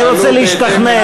אני רוצה להשתכנע,